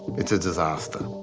it's a disaster,